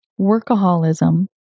workaholism